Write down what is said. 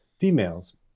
females